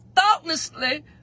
thoughtlessly